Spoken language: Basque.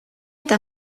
eta